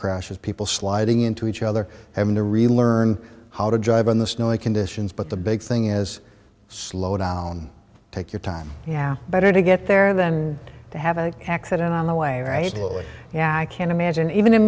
crashes people sliding into each other having to really learn how to drive in the snowy conditions but the big thing is slow down take your time yeah better to get there than to have an accident on the way right away yeah i can imagine even in